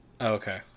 Okay